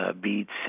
beats